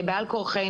וזה בעל כורחנו,